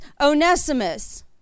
Onesimus